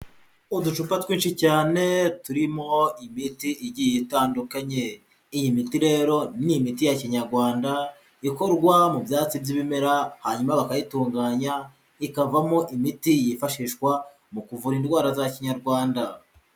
Uducupa twinshi cyane, turimo imiti igiye itandukanye. Iyi miti rero, ni imiti ya Kinyarwanda ikorwa mu byatsi by'ibimera, hanyuma bakayitunganya, ikavamo imiti yifashishwa mu kuvura indwara za Kinyarwanda.